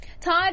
Todd